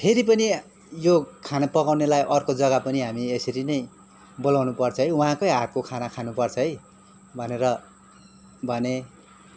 फेरि पनि यो खाना पकाउनेलाई अर्को जग्गा पनि हामी यसरी नै बोलाउनु पर्छ है उहाँकै हातको खाना खानु पर्छ है भनेर भने